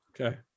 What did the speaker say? okay